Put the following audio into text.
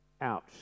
Ouch